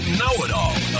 know-it-all